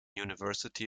university